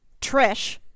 Trish